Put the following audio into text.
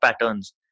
patterns